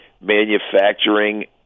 manufacturing